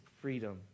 freedom